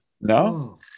No